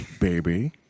baby